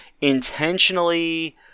intentionally